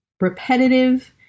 repetitive